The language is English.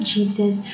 Jesus